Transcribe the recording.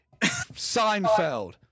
Seinfeld